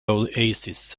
oasis